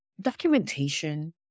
documentation